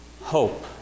hope